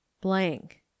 blank